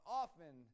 often